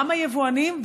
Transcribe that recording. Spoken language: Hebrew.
גם היבואנים,